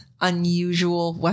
unusual